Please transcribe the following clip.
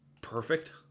Perfect